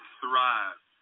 thrive